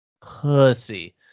pussy